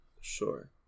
Sure